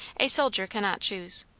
a soldier cannot choose.